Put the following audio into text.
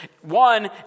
One